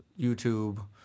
youtube